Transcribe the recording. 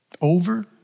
over